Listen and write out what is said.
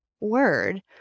word